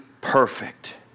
Perfect